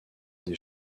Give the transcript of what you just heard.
des